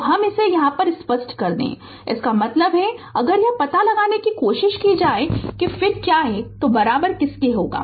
तो हम इसे यहाँ स्पष्ट कर दे इसका मतलब है अगर यह पता लगाने की कोशिश की जाए कि फिर क्या है तो बराबर किसके होगा